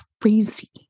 crazy